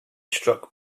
struck